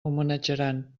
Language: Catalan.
homenatjaran